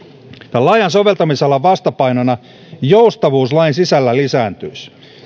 tämän laajan soveltamisalan vastapainona joustavuus lain sisällä lisääntyisi